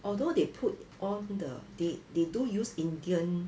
although they put on the date they do use indian